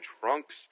trunks